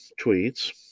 tweets